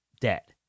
debt